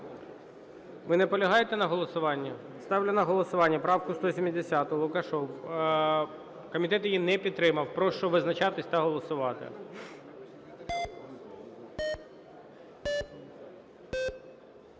Ви наполягаєте на голосуванні? Ставлю на голосування правку 170, Лукашев, комітет її не підтримав. Прошу визначатись та голосувати.